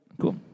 Cool